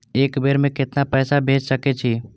एक बेर में केतना पैसा भेज सके छी?